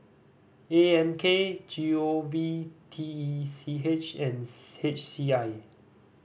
A M K G O V T E C H and H C I